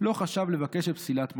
לא חשב לבקש את פסילת מועמדותו.